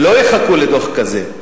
ולא יחכו לדוח כזה,